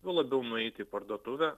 juo labiau nueiti į parduotuvę